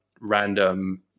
random